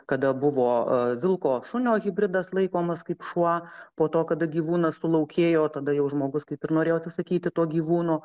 kada buvo vilko šunio hibridas laikomas kaip šuo po to kada gyvūnas sulaukėjo tada jau žmogus kaip ir norėjo atsisakyti to gyvūno